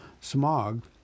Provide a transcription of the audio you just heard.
Smog